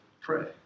pray